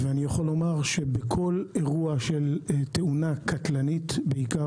אני יכול לומר שבכל אירוע של תאונה קטלנית בעיקר,